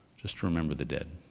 just to remember the dead.